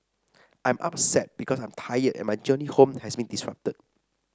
I'm upset because I'm tired and my journey home has been disrupted